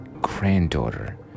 granddaughter